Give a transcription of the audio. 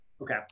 okay